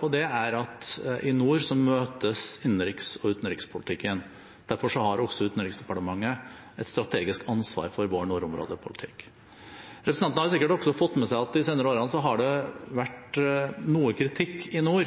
på det er at i nord møtes innenriks- og utenrikspolitikken. Derfor har Utenriksdepartementet et strategisk ansvar for vår nordområdepolitikk. Representanten har sikkert også fått med seg at i de senere årene har det vært noe kritikk i nord,